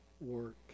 work